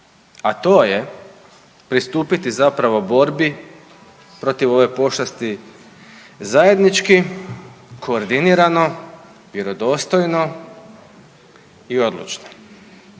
a to je pristupiti zapravo borbi protiv ove pošasti zajednički koordinirano, vjerodostojno i odlučno.